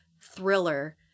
thriller